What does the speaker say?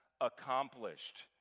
accomplished